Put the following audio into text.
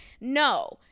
no